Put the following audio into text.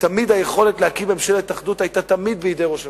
שתמיד היכולת להקים ממשלת אחדות היתה בידי ראש הממשלה.